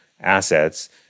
assets